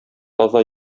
таза